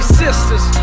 sisters